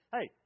Hey